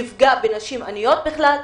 יפגע בנשים עניות בכלל,